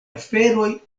aferoj